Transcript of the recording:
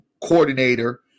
coordinator